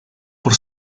por